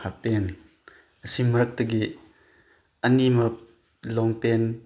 half pant ꯑꯁꯤ ꯃꯔꯛꯇꯒꯤ ꯑꯅꯤꯃꯛ ꯂꯣꯡꯄꯦꯟ